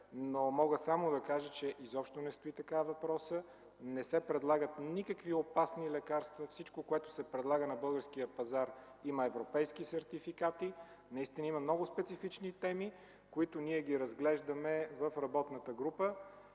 но мога само да кажа, че въпросът изобщо не стои така. Не се предлагат никакви опасни лекарства. Всичко, което се предлага на българския пазар, има европейски сертификати. Наистина има много специфични теми, които ние разглеждаме в работната група